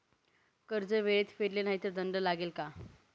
कर्ज वेळेत फेडले नाही तर दंड लागेल का?